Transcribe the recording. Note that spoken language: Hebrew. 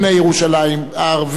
היהודים והערבים,